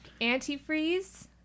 Antifreeze